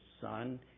son